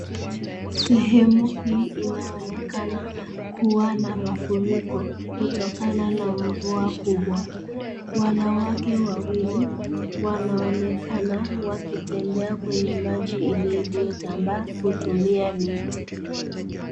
Sehemu hii inaonekana kuwa na mafuriko kutokana na mvua kubwa. Wanawake wawili wanaonekana wakitembea kwenye maji iliyotabaa kutumia miti.